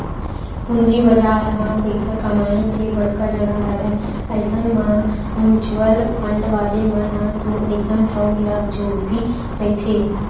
पूंजी बजार ह पइसा कमाए के बड़का जघा हरय अइसन म म्युचुअल फंड वाले मन ह तो अइसन ठउर ल जोहते रहिथे